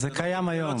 זה קיים היום.